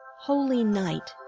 holy night!